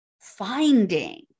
finding